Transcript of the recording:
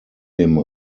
dem